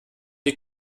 die